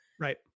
right